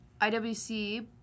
IWC